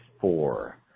four